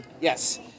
Yes